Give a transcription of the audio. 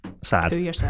sad